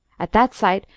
at that sight,